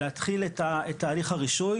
להתחיל את תהליך הרישוי.